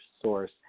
source